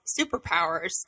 superpowers